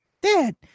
Dad